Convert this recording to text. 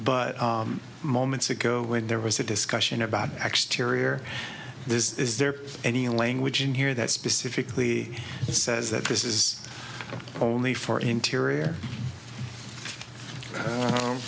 but moments ago when there was a discussion about exteriors this is there any language in here that specifically says that this is only for interior